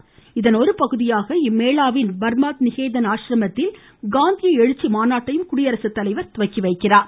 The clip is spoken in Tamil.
மேலும் இதன் ஒருபகுதியாக மேளாவின் பா்மாத் நிகேதன் ஆசிரமத்தில் காந்திய எழுச்சி மாநாட்டையும் குடியரசுத்தலைவர் துவக்கிவைக்கிறார்